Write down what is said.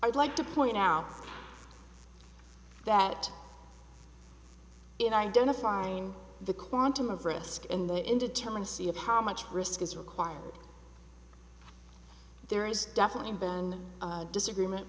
i'd like to point out that in identifying the quantum of risk in that indeterminacy of how much risk is required there is definitely been a disagreement